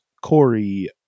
Corey